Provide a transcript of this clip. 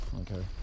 Okay